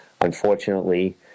Unfortunately